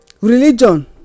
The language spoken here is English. religion